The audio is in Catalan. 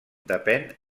depèn